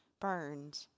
burned